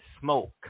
smoke